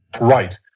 Right